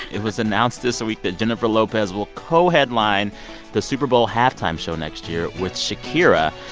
it was announced this week that jennifer lopez will co-headline the super bowl halftime show next year with shakira.